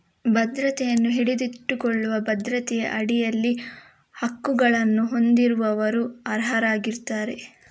ಭದ್ರತೆಯನ್ನು ಹಿಡಿದಿಟ್ಟುಕೊಳ್ಳುವ ಭದ್ರತೆಯ ಅಡಿಯಲ್ಲಿ ಹಕ್ಕುಗಳನ್ನು ಹೊಂದಿರುವವರು ಅರ್ಹರಾಗಿರುತ್ತಾರೆ